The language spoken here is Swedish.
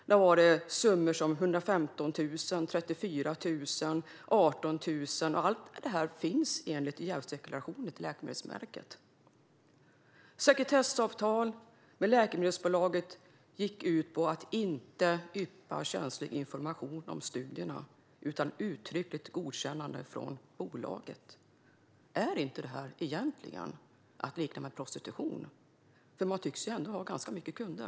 Det har varit summor som 115 000 kronor, 34 000 kronor och 18 000 kronor - allt detta enligt jävsdeklarationer till Läkemedelsverket. Sekretessavtal med läkemedelsbolagen gick ut på att inte yppa känslig information om studierna utan uttryckligt godkännande från bolagen. Är inte detta egentligen att likna vid prostitution? Man tycks ju ändå ha ganska många kunder.